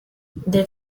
des